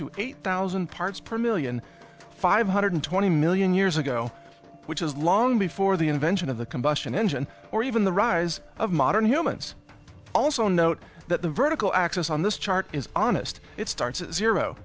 to eight thousand parts per million five hundred twenty million years ago which is long before the invention of the combustion engine or even the rise of modern humans also note that the vertical axis on this chart is honest it starts at zero